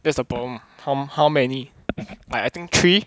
that's the problem how many like I think three